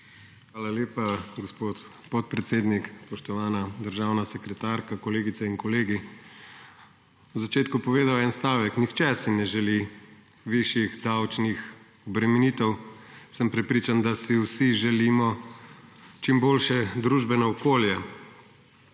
Hvala lepa, gospod podpredsednik. Spoštovana državna sekretarka, kolegice in kolegi! Na začetku bi povedal eden stavek. Nihče si ne želi višjih davčnih bremenitev, sem prepričan, da si vsi želimo čim boljše družbeno okolje,